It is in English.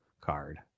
card